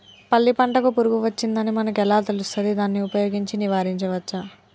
పల్లి పంటకు పురుగు వచ్చిందని మనకు ఎలా తెలుస్తది దాన్ని ఉపయోగించి నివారించవచ్చా?